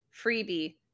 freebie